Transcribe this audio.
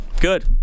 Good